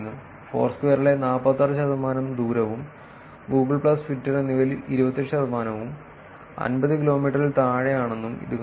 ഫോർസ്ക്വയറിലെ 46 ശതമാനം ദൂരവും Google plus Twitter എന്നിവയിൽ 27 ശതമാനവും 50 കിലോമീറ്ററിൽ താഴെയാണെന്നും ഇത് കാണിക്കുന്നു